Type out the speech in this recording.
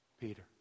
Peter